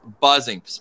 buzzing